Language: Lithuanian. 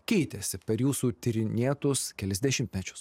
keitėsi per jūsų tyrinėtus kelis dešimtmečius